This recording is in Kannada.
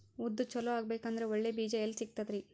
ಉದ್ದು ಚಲೋ ಆಗಬೇಕಂದ್ರೆ ಒಳ್ಳೆ ಬೀಜ ಎಲ್ ಸಿಗತದರೀ?